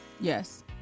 Yes